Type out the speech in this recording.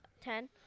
Ten